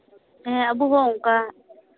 ᱦᱮᱸ ᱟᱵᱚ ᱦᱚᱸ ᱚᱱᱠᱟ